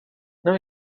não